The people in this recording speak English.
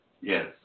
Yes